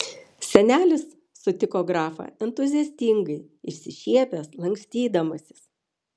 senelis sutiko grafą entuziastingai išsišiepęs lankstydamasis